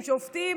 שופטים,